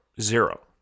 zero